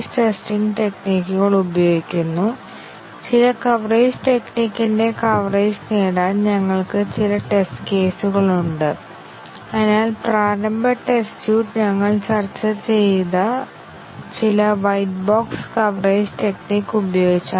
random test കേസുകൾ ഉപയോഗിച്ചാണ് ഞങ്ങൾ സാധാരണയായി പ്രോഗ്രാം എക്സിക്യൂട്ട് ചെയ്യുന്നത് എന്നാൽ പാത്ത് കവറേജ് എന്താണ് നേടിയതെന്ന് ഞങ്ങൾ അളക്കാൻ ശ്രമിക്കുന്നു ഉയർന്ന പാത്ത് കവറേജ് നേടുന്നിടത്തോളം കാലം പാത്ത് കവറേജ് പാത്ത് പരിശോധന നടത്തിയെന്ന് ഞങ്ങൾ പറയുന്നു